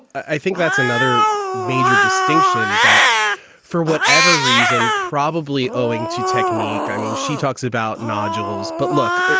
i think that's another major distinction that for whatever reason, probably owing to technique. i mean, she talks about nodules. but look,